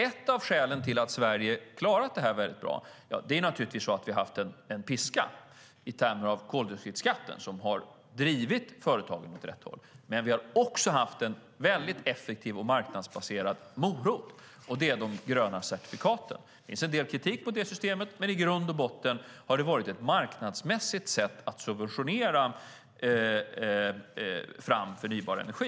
Ett av skälen till att Sverige har klarat det här väldigt bra är naturligtvis att vi har haft en piska i termer av koldioxidskatten som har drivit företagen åt rätt håll. Men vi har också haft en väldigt effektiv och marknadsbaserad morot, och det är de gröna certifikaten. Det finns en del kritik mot det systemet, men i grund och botten har det varit ett marknadsmässigt sätt att subventionera fram förnybar energi.